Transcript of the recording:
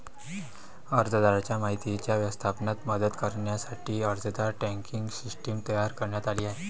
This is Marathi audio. अर्जदाराच्या माहितीच्या व्यवस्थापनात मदत करण्यासाठी अर्जदार ट्रॅकिंग सिस्टीम तयार करण्यात आली आहे